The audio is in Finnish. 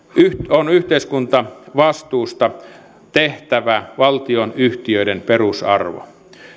on yhteiskuntavastuusta tehtävä valtionyhtiöiden perusarvo